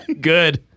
Good